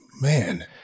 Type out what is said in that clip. man